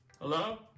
Hello